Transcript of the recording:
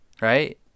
right